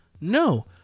No